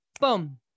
boom